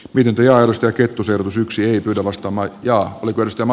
nyt ojalasta kettusella suksi ei pyydä vasta maa ja me pystymme